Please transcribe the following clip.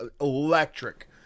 electric